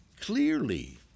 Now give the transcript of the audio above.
clearly